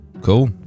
Cool